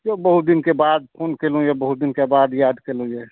यौ बहुत दिनके बाद फोन केलहुँ बहुत दिनके बाद याद केलहुँ यऽ